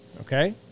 Okay